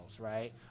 right